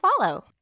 follow